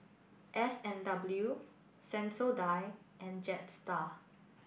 S and W Sensodyne and Jetstar